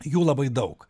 jų labai daug